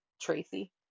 Tracy